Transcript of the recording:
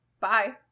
bye